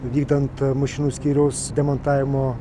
vykdant mašinų skyriaus demontavimo